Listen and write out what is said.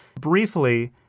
briefly